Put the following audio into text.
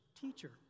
Teacher